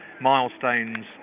milestones